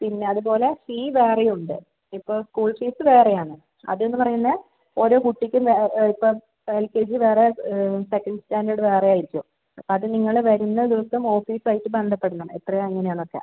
പിന്നെ അതുപോല ഫീ വേറെയും ഉണ്ട് ഇപ്പം സ്കൂൾ ഫീസ് വേറെയാന്ന് അതെന്ന് പറയുന്ന ഓരോ കുട്ടിക്കും ഇപ്പം എൽ കെ ജി വേറെ സെക്കൻഡ് സ്റ്റാൻഡേർഡ് വേറെ ആയിരിക്കും അത് നിങ്ങൾ വരുന്ന ദിവസം ഓഫീസായിട്ട് ബന്ധപ്പെടണം എത്രയാണ് എങ്ങനെയാന്നൊക്കെ